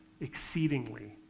exceedingly